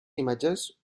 imatges